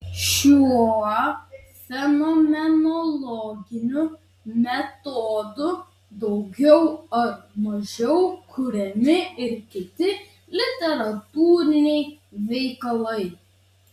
šiuo fenomenologiniu metodu daugiau ar mažiau kuriami ir kiti literatūriniai veikalai